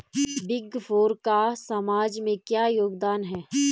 Big four का समाज में क्या योगदान है?